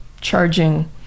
charging